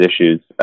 issues